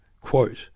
quote